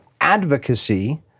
advocacy